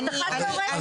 הבטחה תיאורטית.